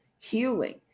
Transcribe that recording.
healing